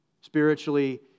spiritually